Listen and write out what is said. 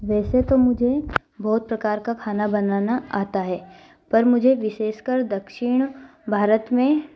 वैसे तो मुझे बहुत प्रकार का खाना बनाना आता है पर मुझे विशेषकर दक्षिण भारत में